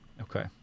Okay